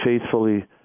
faithfully